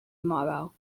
tomorrow